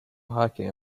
hiking